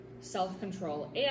self-control